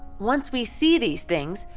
once we see these things,